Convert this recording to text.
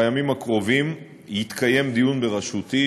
בימים הקרובים יתקיים דיון בראשותי,